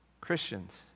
Christians